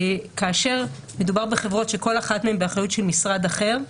כאשר מדובר בחברות שכל אחת מהן באחריות של משרד אחר,